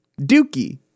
dookie